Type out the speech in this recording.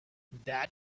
that